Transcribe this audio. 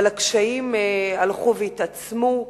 אבל הקשיים הלכו והתעצמו.